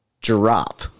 drop